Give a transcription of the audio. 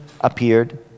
appeared